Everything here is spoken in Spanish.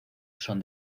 son